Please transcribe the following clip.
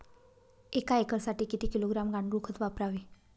एक एकरसाठी किती किलोग्रॅम गांडूळ खत वापरावे?